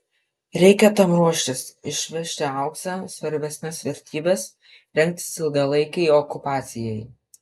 reikia tam ruoštis išvežti auksą svarbesnes vertybes rengtis ilgalaikei okupacijai